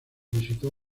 visitó